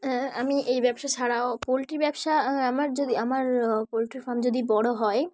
হ্যাঁ আমি এই ব্যবসা ছাড়াও পোলট্রি ব্যবসা আমার যদি আমার পোলট্রি ফার্ম যদি বড় হয়